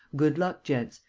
good luck, gents!